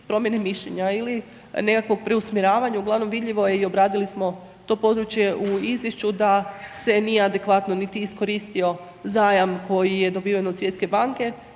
promjene mišljenja ili nekakvog preusmjeravanja. Uglavnom vidljivo je i obradili smo to područje u izvješću da se nije niti adekvatno niti iskoristio zajam koji je dobiven od Svjetske banke.